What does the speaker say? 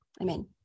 Amen